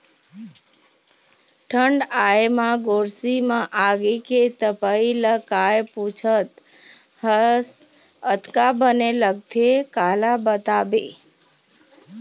ठंड आय म गोरसी म आगी के तपई ल काय पुछत हस अतका बने लगथे काला बताबे